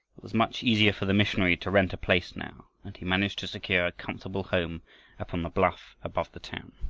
was much easier for the missionary to rent a place now, and he managed to secure a comfortable home upon the bluff above the town.